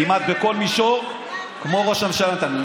כמעט בכל מישור, כמו ראש הממשלה נתניהו.